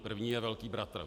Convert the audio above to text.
První je velký bratr.